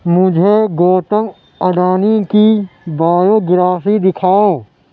مجھے گوتم اڈانی کی بایوگرافی دکھاؤ